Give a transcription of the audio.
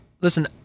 Listen